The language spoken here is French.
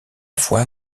foi